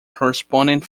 correspondent